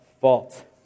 fault